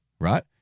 right